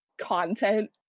content